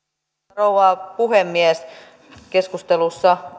rouva puhemies keskustelussa